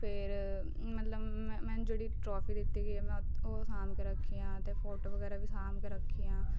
ਫਿਰ ਮਤਲਬ ਮੈਨੂੰ ਜਿਹੜੀ ਟਰੋਫੀ ਦਿੱਤੀ ਗਈ ਹੈ ਮੈਂ ਉਹ ਸਾਂਭ ਕੇ ਰੱਖੀ ਆ ਅਤੇ ਫੋੋਟੋ ਵਗੈਰਾ ਵੀ ਸਾਂਭ ਕੇ ਰੱਖੀ ਆ